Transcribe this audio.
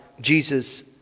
Jesus